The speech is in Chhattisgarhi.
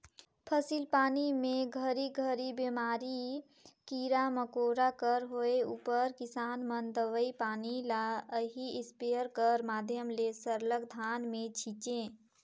फसिल पानी मे घरी घरी बेमारी, कीरा मकोरा कर होए उपर किसान मन दवई पानी ल एही इस्पेयर कर माध्यम ले सरलग धान मे छीचे